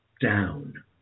down